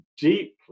deeply